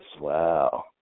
Wow